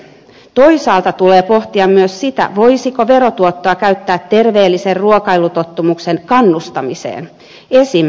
toisaalta tulee pohtia myös sitä voisiko verotuottoa käyttää terveellisen ruokailutottumuksen kannustamiseen esimerkiksi